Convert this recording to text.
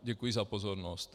Děkuji za pozornost.